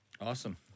Awesome